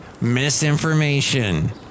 misinformation